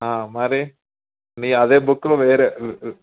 మరి మీ అదే బుక్కులు వేరే